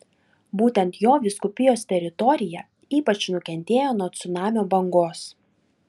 būtent jo vyskupijos teritorija ypač nukentėjo nuo cunamio bangos